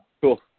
Cool